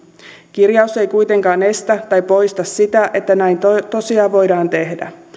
kirjaus ei kuitenkaan estä tai poista sitä että näin tosiaan voidaan tehdä